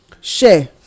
share